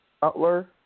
Butler